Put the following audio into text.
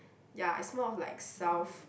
ya it's more of like self